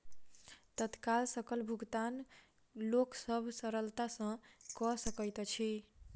तत्काल सकल भुगतान लोक सभ सरलता सॅ कअ सकैत अछि